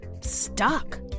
stuck